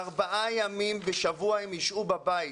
ארבעה ימים בשבוע הם יהיו בבית,